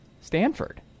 Stanford